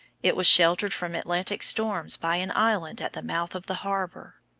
it was sheltered from atlantic storms by an island at the mouth of the harbour.